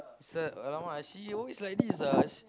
sad !alamak! she always like this ah she